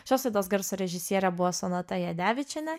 šios laidos garso režisierė buvo sonata jadevičienė